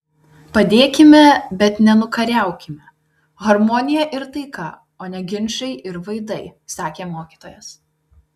padėkime bet ne nukariaukime harmonija ir taika o ne ginčai ir vaidai sakė mokytojas